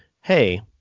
hey